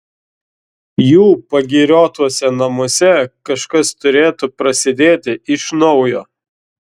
jų pagiriotuose namuose kažkas turėtų prasidėti iš naujo